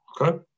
Okay